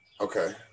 Okay